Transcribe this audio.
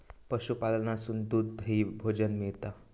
पशूपालनासून दूध, दही, भोजन मिळता